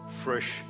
fresh